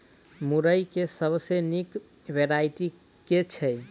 मुरई केँ सबसँ निक वैरायटी केँ छै?